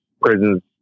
prisons